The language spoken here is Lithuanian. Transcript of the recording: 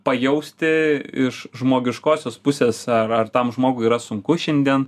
pajausti iš žmogiškosios pusės ar ar tam žmogui yra sunku šiandien